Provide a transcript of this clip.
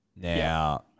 Now